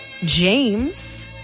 James